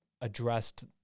addressed